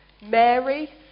Mary